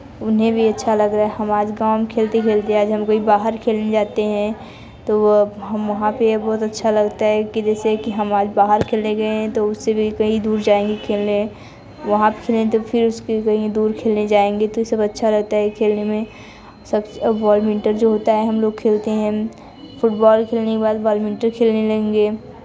उन्हें भी अच्छा लग रहा हम आज गेम खेलते खेलते आज हम कोई बाहर खेलने जाते हैं तो हम वहाँ पे बहुत अच्छा लगता है कि जिससे कि हम आज बाहर खेलने गए तो उससे भी कहीं दूर जाएंगे खेलने वहाँ फ्रेंड तो फिर उसके कहीं दूर चले जाएंगे तो सब अच्छा रहता है खेलने में सबसे बैडमिंटन जो होता है हम लोग खेलते हैं फुटबॉल खेलने के बाद बैटमिंटल खेलेंगे